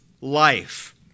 life